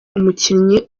umukinnyi